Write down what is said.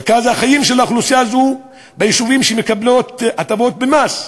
מרכז החיים של האוכלוסייה הזו ביישובים שמקבלים הטבות במס.